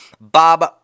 Bob